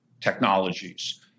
technologies